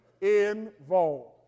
involved